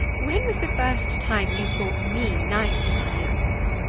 when was the first time you thought me nicer than the others?